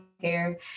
care